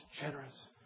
generous